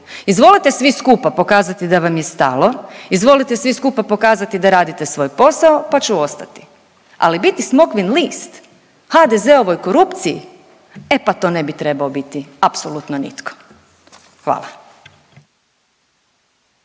izvolite svi skupa pokazati da vam je stalo, izvolite svi skupa pokazati da radite svoj posao, pa ću ostati, ali biti smokvin list HDZ-ovoj korupciji, e pa to ne bi trebao biti apsolutno nitko, hvala.